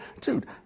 dude